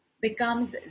becomes